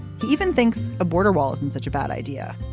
he even thinks a border wall isn't such a bad idea.